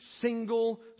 single